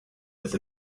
with